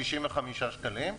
365 שקלים.